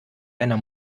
einer